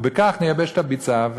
ובכך נייבש את הביצה,